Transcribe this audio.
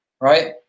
right